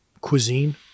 cuisine